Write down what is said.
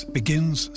begins